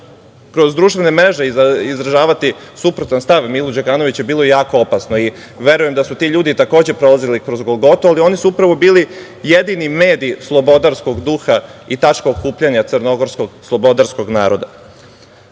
kroz društvene mreže izražavati suprotan stav Milu Đukanoviću bilo je jako opasno. Verujem da su ti ljudi takođe prolazili kroz golgotu, ali oni su upravo bili jedini mediji slobodarskog duha i tačka okupljanja crnogorsko slobodarskog naroda.